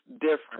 different